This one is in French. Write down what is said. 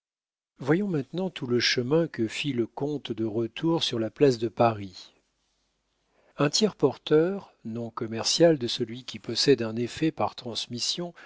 voyons maintenant tout le chemin que fit le compte de retour sur la place de paris un tiers porteur nom commercial de celui qui possède un effet par transmission